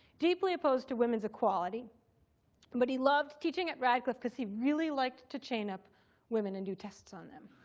deeply opposed to women's equality but but he loved teaching at radcliffe because he really liked to chain up women and do tests on them.